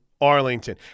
Arlington